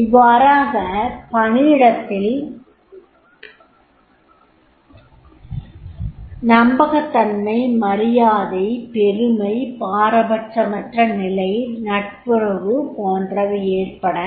இவ்வாறாக பணியிடத்தில் நம்பகத்தன்மை மரியாதை பெருமை பாரபச்சமற்ற நிலை நட்புறவு போன்றவை ஏற்பட